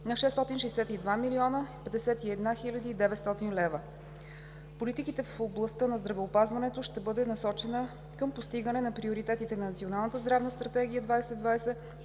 на 662 млн. 51 хил. 900 лв. Политиката в областта на здравеопазването ще бъде насочена към постигане на приоритетите на Националната здравна стратегия 2020,